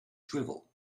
drivel